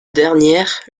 dernière